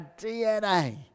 DNA